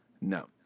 No